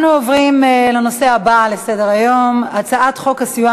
אנו עוברים לנושא הבא על סדר-היום: הצעת חוק הסיוע